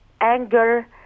anger